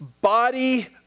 body